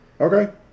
okay